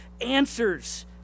answers